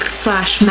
slash